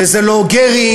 וזה לא גרינג,